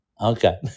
okay